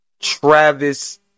Travis